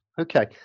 Okay